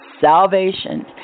salvation